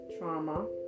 trauma